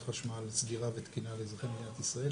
חשמל סדירה ותקינה לאזרחי מדינת ישראל,